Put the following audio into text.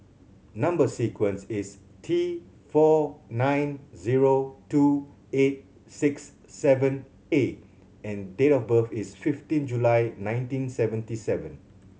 number sequence is T four nine zero two eight six seven A and date of birth is fifteen July nineteen seventy seven